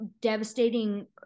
devastating